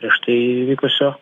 prieš tai vykusio